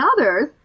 others